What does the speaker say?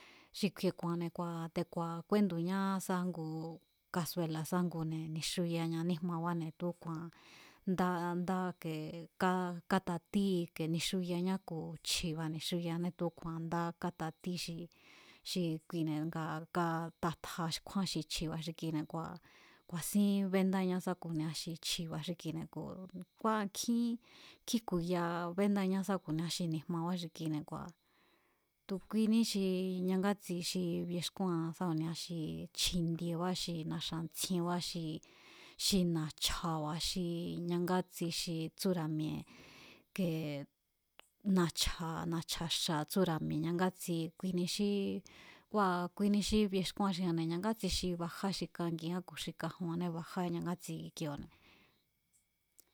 Xi kju̱i̱e̱ ku̱a̱nne̱ kua̱ te̱ku̱a̱ kúéndu̱ñá sá ngu kasuela̱ sa ngune̱ ni̱xuyaña níjmabáne̱ tu̱úku̱a̱n ndá ndá ke ká kátatí ike ni̱xuyañá ku̱ chji̱ba̱ ni̱xuyañá tu̱úku̱a̱n ndá kátatí xi xi kuine̱ nga ká tatja kjúan xi chji̱ba̱ xi kine̱ kua̱ ku̱a̱sín béndáña sá ku̱nia xi chji̱ba̱ xi kine̱ ku̱ kua̱ nkjín, nkjín jku̱ya béndáñá sa ku̱nia xi ni̱jmabá xi kine̱ kua̱ tu̱kuiní xi xi ñangatsi xi bíexkúan sá ku̱nia xi chjindiebá xi na̱xa̱ntsjíénbá xi xi na̱chja̱ba̱ xi ñangátsi xi tsúra̱ mi̱e̱ kee na̱chja̱ xa̱ tsúra̱ mi̱e̱ ñangatsikuini xí kua̱ kuini xí biexkúan xi anne̱ ñangátsi xi bajá xi kangiján ku̱ xi kajunjanné baja xi ñangatsi ki kioo̱ne̱.